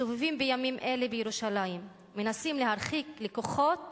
מסתובבים בימים אלה בירושלים ומנסים להרחיק לקוחות